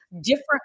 different